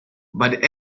but